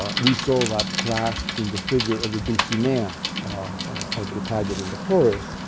ah we saw that clash in the figure of the dulcinea of the pageant in the forest.